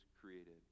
created